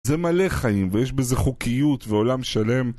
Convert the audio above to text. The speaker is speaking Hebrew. זה מלא חיים ויש בזה חוקיות ועולם שלם